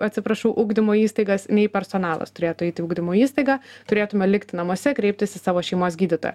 atsiprašau ugdymo įstaigas nei personalas turėtų eit į ugdymo įstaigą turėtume likti namuose kreiptis į savo šeimos gydytoją